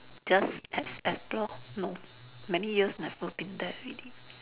just ex~ explore no many years never been there already